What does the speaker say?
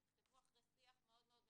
הם נכתבו אחרי שיח מאוד מאוד ממושך,